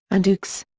and ux.